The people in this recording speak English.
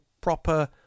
proper